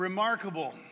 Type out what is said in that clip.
Remarkable